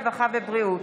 הרווחה והבריאות.